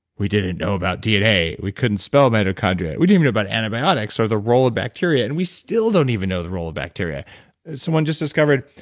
we didn't know about dna. we couldn't spell mitochondria. we didn't even know about antibiotics or the role of bacteria, and we still don't even know the role of bacteria someone just discovered,